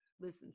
Listen